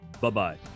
Bye-bye